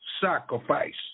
sacrifice